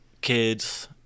kids